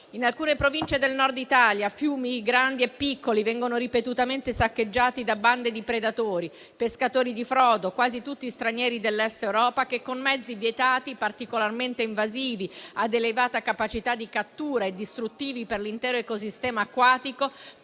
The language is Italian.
In alcune province del Nord Italia, fiumi grandi e piccoli vengono ripetutamente saccheggiati da bande di predatori, pescatori di frodo, quasi tutti stranieri dell'Est Europa, che con mezzi vietati particolarmente invasivi, ad elevata capacità di cattura e distruttivi per l'intero ecosistema acquatico,